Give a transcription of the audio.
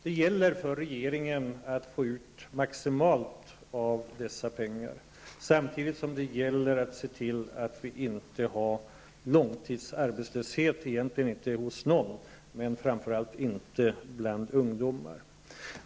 Det gäller för regeringen att få ut maximalt av dessa pengar samtidigt som det gäller att se till att vi inte har någon långtidsarbetslöshet och framför allt inte hos ungdomar.